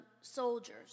soldiers